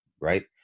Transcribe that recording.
right